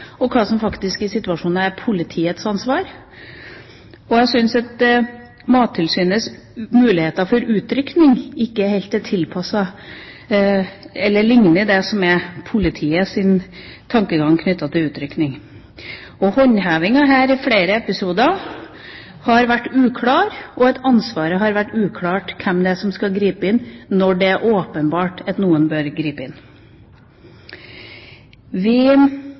mellom hva som i noen situasjoner er Mattilsynets ansvar, og hva som i andre situasjoner faktisk er politiets ansvar. Jeg syns ikke at Mattilsynets muligheter for utrykning er helt tilpasset, eller likner på, politiets tankegang når det gjelder utrykning. Håndhevingen av flere episoder har vært uklar, og ansvaret for hvem som skal gripe inn, når det er åpenbart at noen bør gripe inn,